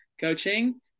coaching